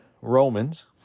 Romans